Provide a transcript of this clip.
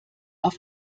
auf